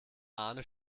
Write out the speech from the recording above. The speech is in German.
arne